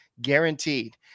guaranteed